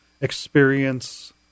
experience